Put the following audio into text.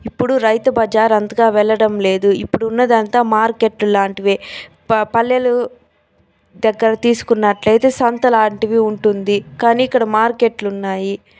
ఇప్పుడు రైతు బజార్ అంతగా వెళ్లడం లేదు ఇప్పుడు ఉన్నదంతా మార్కెట్ల లాంటివే ప పల్లెలు దగ్గర తీసుకున్నట్లైతే సంత లాంటివి ఉంటుంది కానీ ఇక్కడ మార్కెట్లు ఉన్నాయి